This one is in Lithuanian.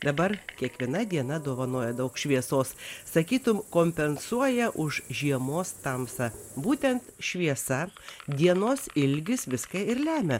dabar kiekviena diena dovanoja daug šviesos sakytum kompensuoja už žiemos tamsą būtent šviesa dienos ilgis viską ir lemia